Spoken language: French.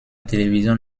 télévision